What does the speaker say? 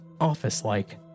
office-like